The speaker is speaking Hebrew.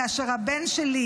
כאשר הבן שלי,